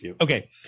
okay